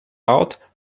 out